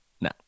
No